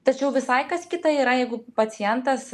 tačiau visai kas kita yra jeigu pacientas